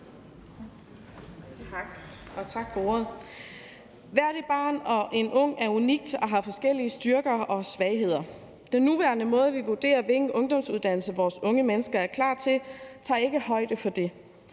Tak, og tak for ordet. Hvert et barn og hver en ung er unikke, og de har forskellige styrker og svagheder. Den nuværende måde, hvorpå vi vurderer, hvilken ungdomsuddannelse vores unge mennesker er klar til, tager ikke højde for det.